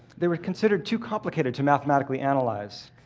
they were considered too complicated to mathematically analyze,